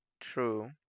True